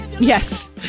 Yes